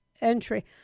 entry